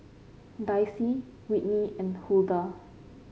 Dicy Whitney and Huldah